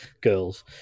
Girls